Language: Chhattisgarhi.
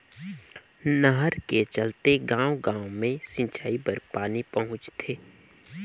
नहर के चलते गाँव गाँव मे सिंचई बर पानी पहुंचथे